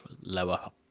lower